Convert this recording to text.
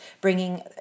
bringing